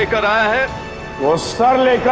i will sort of